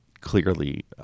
clearly